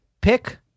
pick